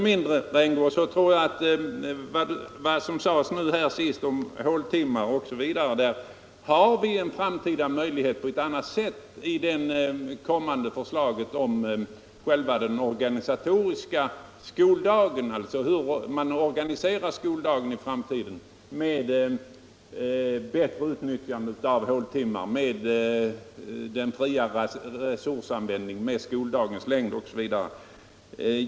Men jag tror att med det kommande förslaget till organisation av skolarbetet kommer vi att få bättre möjligheter att utnyttja de håltimmar och den spilltid som herr Rämgård här talade om. Jag tänker då på den fria resursanvändningen, skoldagarnas längd osv.